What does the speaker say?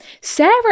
Sarah